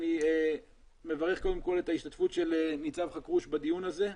אני מברך קודם כל את ההשתתפות של ניצב חכרוש בדיון הזה.